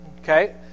okay